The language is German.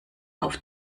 auf